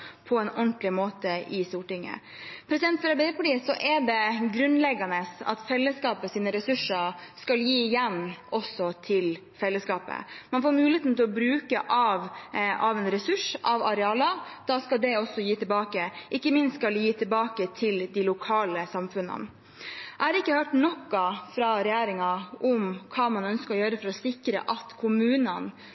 skal gi noe tilbake igjen til fellesskapet. Man får muligheten til å bruke av en ressurs, av arealer. Da skal det også gis tilbake. Ikke minst skal det gis tilbake til lokalsamfunnene. Jeg har ikke hørt noe fra regjeringen om hva man ønsker å gjøre for å sikre kommunene, som faktisk stiller arealer til disposisjon. Hvordan skal man sikre dem? Jeg har bare hørt at